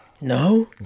No